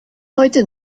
heute